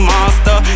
Monster